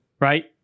Right